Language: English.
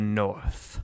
north